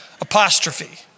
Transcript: apostrophe